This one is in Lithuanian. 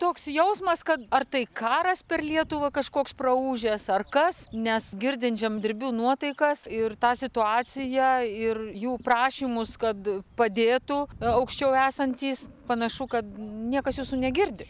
toks jausmas kad ar tai karas per lietuvą kažkoks praūžęs ar kas nes girdint žemdirbių nuotaikas ir tą situaciją ir jų prašymus kad padėtų aukščiau esantys panašu kad niekas jūsų negirdi